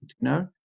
No